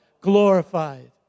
Glorified